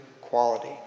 quality